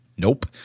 Nope